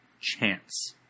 chance